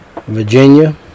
Virginia